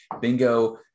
bingo